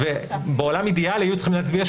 ובעולם אידיאלי היו צריכים להצביע שוב,